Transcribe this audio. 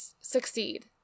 succeed